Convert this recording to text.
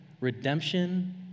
redemption